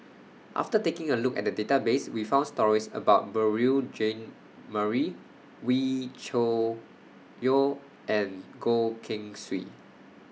after taking A Look At The Database We found stories about Beurel Jean Marie Wee Cho Yaw and Goh Keng Swee